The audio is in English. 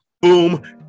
Boom